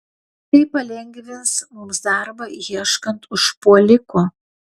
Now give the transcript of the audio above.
tai palengvins mums darbą ieškant užpuoliko